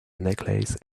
necklace